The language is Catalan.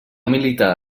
militar